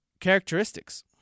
characteristics